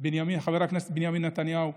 חבר הכנסת בנימין נתניהו,